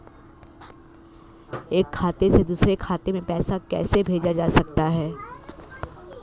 एक खाते से दूसरे खाते में पैसा कैसे भेजा जा सकता है?